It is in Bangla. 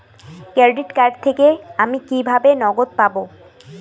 ক্রেডিট কার্ড থেকে আমি কিভাবে নগদ পাব?